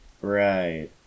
Right